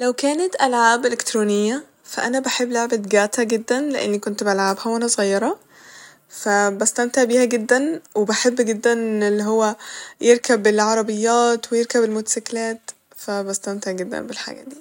لو كانت ألعاب الكترونية ف أنا بحب لعبة جاتا جدا لإن كنت بلعبها وأنا صغيرة ف بستمتع بيها جدا وبحب جدا الل هو يركب العربيات ويركب الموتسيكلات فبستمتع جدا بالحاجة دي